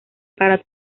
para